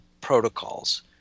protocols